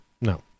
No